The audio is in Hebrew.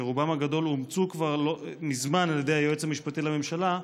שרובם הגדול אומצו כבר מזמן על ידי היועץ המשפטי לממשלה,